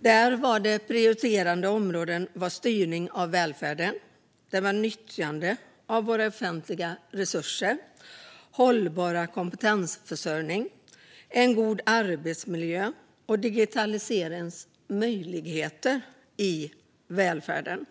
bereds också. Prioriterade områden är styrning av välfärden, nyttjande av våra offentliga resurser, hållbar kompetensförsörjning, en god arbetsmiljö och digitaliseringens möjligheter i välfärden.